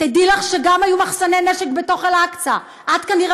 תדעי לך שהיו גם מחסני נשק בתוך אל-אקצא.